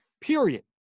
period